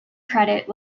credit